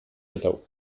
yellow